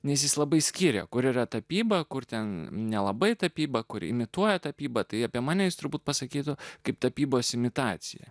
nes jis labai skiria kur yra tapyba kur ten nelabai tapyba kuri imituoja tapyba tai apie mane jis turbūt pasakytų kaip tapybos imitacija